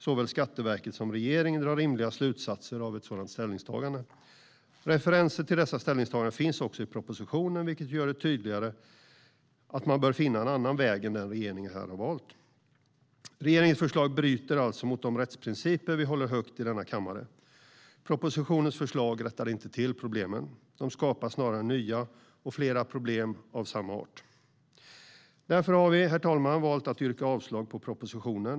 Såväl Skatteverket som regeringen bör dra rimliga slutsatser av sådana ställningstaganden. Referenser till dessa ställningstaganden finns också i propositionen, vilket gör det tydligare att man bör finna en annan väg än den regeringen har valt. Regeringens förslag bryter alltså mot de rättsprinciper vi håller högt i denna kammare. Propositionens förslag rättar inte till problemen. De skapar snarare nya och fler problem av samma art. Därför har vi, herr talman, valt att yrka avslag på propositionen.